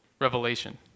revelation